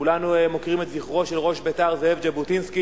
כולנו מוקירים את זכרו של ראש בית"ר זאב ז'בוטינסקי.